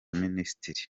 minisitiri